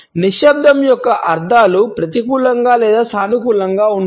నిశ్శబ్దం యొక్క అర్థాలు ప్రతికూలంగా లేదా సానుకూలంగా ఉంటాయి